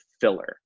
filler